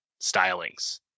stylings